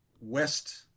West